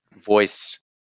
voice